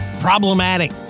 problematic